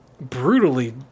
brutally